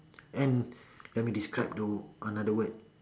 and let me describe the another word